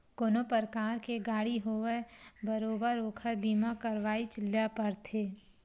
कोनो परकार के गाड़ी होवय बरोबर ओखर बीमा करवायच ल परथे